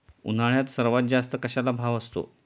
उन्हाळ्यात सर्वात जास्त कशाला भाव असतो?